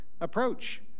approach